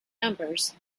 numbers